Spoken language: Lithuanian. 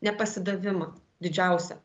nepasidavimą didžiausią